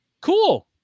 cool